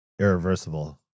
Irreversible